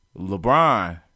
LeBron